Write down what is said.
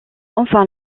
enfin